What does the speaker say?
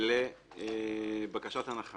לבקשת הנחה.